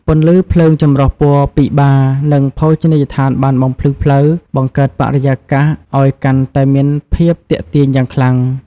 ពន្លឺភ្លើងចម្រុះពណ៌ពីបារ និងភោជនីយដ្ឋានបានបំភ្លឺផ្លូវ បង្កើតបរិយាកាសអោយកាន់តែមានភាពទាក់ទាញយ៉ាងខ្លាំង។